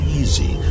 easy